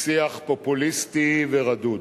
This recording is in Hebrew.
לשיח פופוליסטי ורדוד.